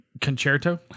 concerto